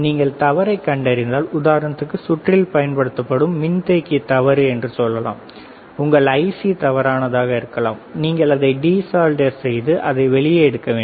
நீங்கள் தவறைக் கண்டறிந்தால் உதாரணத்திற்கு சுற்றில் பயன்படுத்தப்படும் மின்தேக்கி தவறு என்று சொல்லலாம் உங்கள் ஐசி தவறானதாக இருக்கலாம் நீங்கள் அதை டி சாலிடர் செய்து அதை வெளியே எடுக்க வேண்டும்